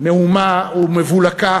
מהומה ומבולקה